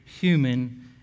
human